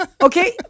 okay